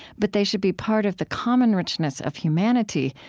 but they should be part of the common richness of humanity,